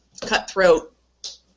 cutthroat